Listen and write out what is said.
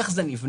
איך זה נבנה?